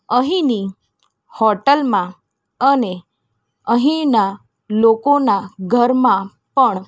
અહીંની હોટૅલમાં અને અહીંના લોકોના ઘરમાં પણ